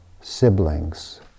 siblings